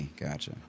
gotcha